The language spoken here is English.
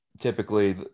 typically